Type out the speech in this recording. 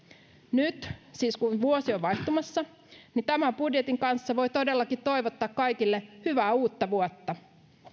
nyt siis kun vuosi on vaihtumassa tämän budjetin kanssa voi todellakin toivottaa kaikille hyvää uutta vuotta